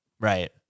Right